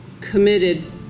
committed